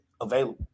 available